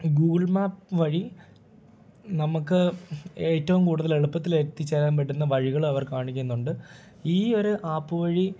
Google map വഴി നമുക്ക് ഏറ്റവും കൂടുതല് എളുപ്പത്തിൽ എത്തിച്ചേരാൻ പറ്റുന്ന വഴികൾ അവർ കാണിക്കുന്നുണ്ട് ഈ ഒരു ആപ്പ് വഴി